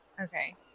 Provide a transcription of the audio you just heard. Okay